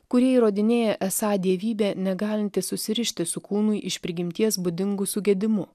kurie įrodinėja esą dievybė negalinti susirišti su kūnui iš prigimties būdingu sugedimu